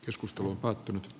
keskustelu on päättynyt